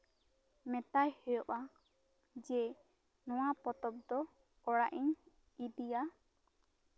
ᱢᱮᱛᱟᱭ ᱦᱩᱭᱩᱜᱼᱟ ᱡᱮ ᱱᱚᱶᱟ ᱯᱚᱛᱚᱵ ᱫᱚ ᱚᱲᱟᱜ ᱤᱧ ᱤᱫᱤᱭᱟ